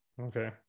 Okay